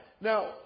now